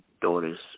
daughters